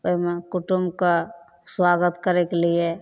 एहिमे कुटुमके सुआगत करैके लिए